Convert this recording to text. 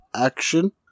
action